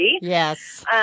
Yes